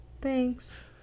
thanks